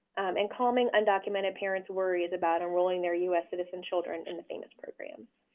and calming undocumented parents' worries about enrolling their us citizen children in the famis programs.